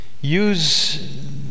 use